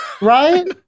Right